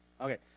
okay